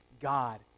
God